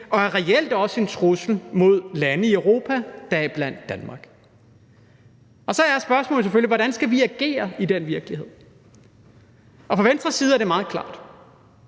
og er reelt også en trussel mod lande i Europa, deriblandt Danmark. Så er spørgsmålet selvfølgelig: Hvordan skal vi agere i den virkelighed? Og fra Venstres side er det meget klart.